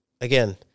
again